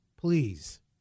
Please